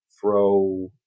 throw